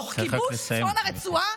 תוך כיבוש כל הרצועה,